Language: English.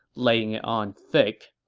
laying it on thick.